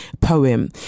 poem